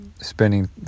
spending